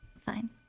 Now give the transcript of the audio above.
Fine